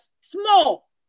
small